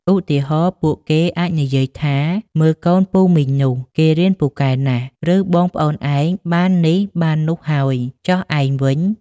ឧទាហរណ៍ ពួកគេអាចនិយាយថា "មើលកូនពូ/មីងនោះ គេរៀនពូកែណាស់" ឬ "បងប្អូនឯងបាននេះបាននោះហើយ ចុះឯងវិញ?"។